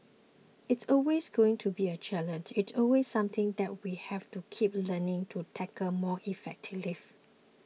it's always going to be a challenge it's always something that we have to keep learning to tackle more effectively